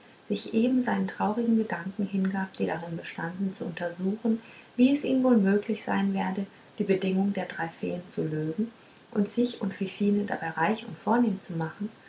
sich eben seinen traurigen gedanken hingab die darin bestanden zu untersuchen wie es ihm wohl möglich sein werde die bedingungen der drei feen zu lösen und sich und fifine dabei reich und vornehm zu machen